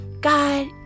God